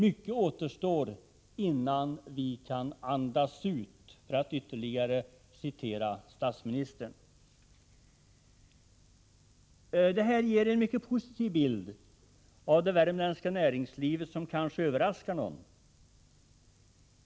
Mycket återstår innan vi kan andas ut, för att ytterligare citera statsministern. Det här ger en mycket positiv bild av det värmländska näringslivet, vilket kanske överraskar någon.